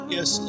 Yes